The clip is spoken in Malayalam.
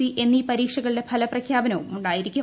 സി എന്നീ പരീക്ഷകളുടെ ഫലപ്രഖ്യാപനവും ഉണ്ടായിരിക്കും